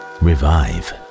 revive